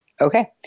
Okay